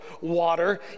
water